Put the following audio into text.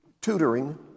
tutoring